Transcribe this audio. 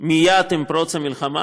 מייד עם פרוץ המלחמה,